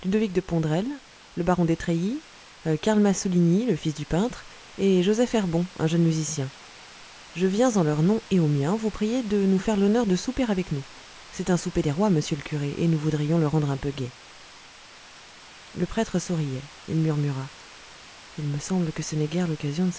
le baron d'etreillis karl massouligny le fils du peintre et joseph herbon un jeune musicien je viens en leur nom et au mien vous prier de nous faire l'honneur de souper avec nous c'est un souper des rois monsieur le curé et nous voudrions le rendre un peu gai le prêtre souriait il murmura il me semble que ce n'est guère l'occasion